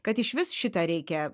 kad išvis šitą reikia